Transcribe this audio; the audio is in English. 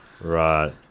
Right